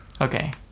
Okay